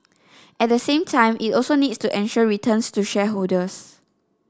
at the same time it also needs to ensure returns to shareholders